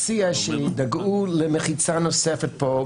שידאגו למחיצה נוספת כאן.